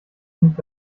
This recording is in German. nicht